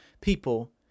people